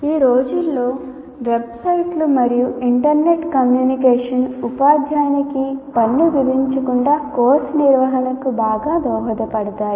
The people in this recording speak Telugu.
ఈ రోజుల్లో వెబ్సైట్లు మరియు ఇంటర్నెట్ కమ్యూనికేషన్ ఉపాధ్యాయునికి పన్ను విధించకుండా కోర్సు నిర్వహణకు బాగా దోహదపడతాయి